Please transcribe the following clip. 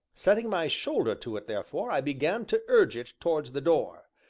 setting my shoulder to it therefore, i began to urge it towards the door.